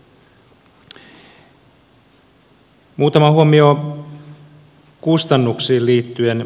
muutama huomio kustannuksiin liittyen